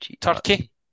Turkey